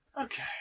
Okay